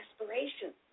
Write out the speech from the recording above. aspirations